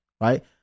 right